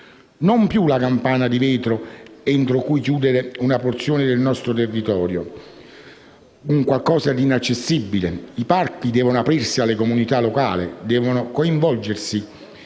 Non più la campana di vetro entro cui chiudere una porzione del nostro territorio, un qualcosa di inaccessibile: i parchi devono aprirsi alle comunità locali, devono coinvolgerle